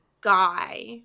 Guy